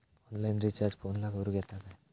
Online recharge फोनला करूक येता काय?